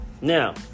Now